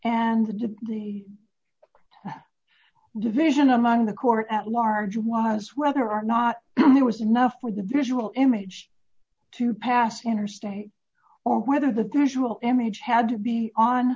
and to the division among the court at large was whether or not there was enough with a visual image to pass interstate or whether the visual image had to be on